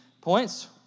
points